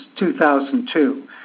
2002